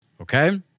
Okay